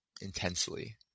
intensely